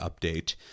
update